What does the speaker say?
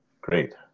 great